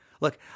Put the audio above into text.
look